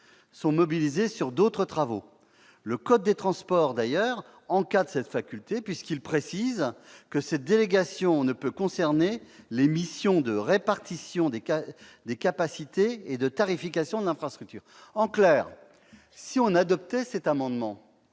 sont mobilisées sur d'autres travaux. Le code des transports encadre cette faculté, puisqu'il précise que cette délégation ne peut concerner les missions de répartition des capacités et de tarification de l'infrastructure. En clair, l'adoption de cet amendement